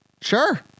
Sure